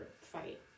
fight